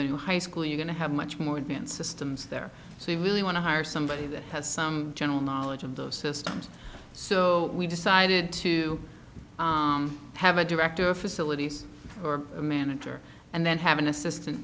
new high school you're going to have much more advanced systems there so you really want to hire somebody that has some general knowledge of those systems so we decided to have a director facilities manager and then have an assistant